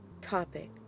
topic